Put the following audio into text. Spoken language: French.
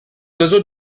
oiseaux